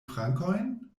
frankojn